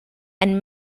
and